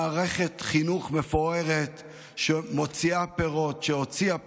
מערכת חינוך מפוארת שמוציאה פירות, שהוציאה פירות.